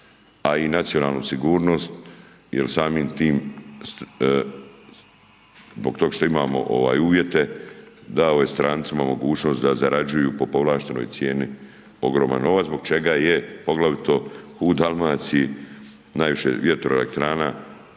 a i nacionalnu sigurnost jer samim tim zbog tog što imamo uvjete dao je strancima mogućnost da zarađuju po povlaštenoj cijeni ogroman novac zbog čega je poglavito u Dalmaciji najviše vjetroelektrana,